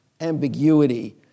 ambiguity